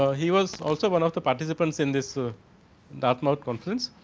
ah he was also one of the participant in this ah dartmouth conference.